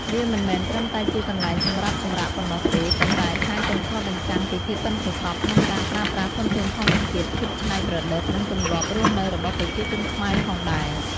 វាមិនមែនត្រឹមតែជាកន្លែងសម្រាប់សម្រាកប៉ុណ្ណោះទេ ប៉ុន្តែថែមទាំងឆ្លុះបញ្ចាំងពីភាពប៉ិនប្រសប់ក្នុងការប្រើប្រាស់ធនធានធម្មជាតិ ភាពច្នៃប្រឌិត និងទម្លាប់រស់នៅរបស់ប្រជាជនខ្មែរផងដែរ។